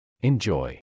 Enjoy